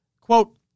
Quote